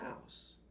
house